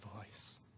voice